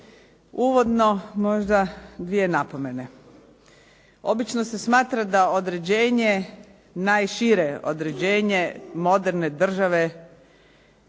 Uvodno možda dvije napomene. Obično se smatra da određenje najšire određenje moderne države